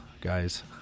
guys